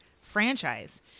franchise